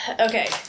Okay